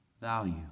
value